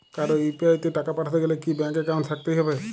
কারো ইউ.পি.আই তে টাকা পাঠাতে গেলে কি ব্যাংক একাউন্ট থাকতেই হবে?